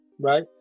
right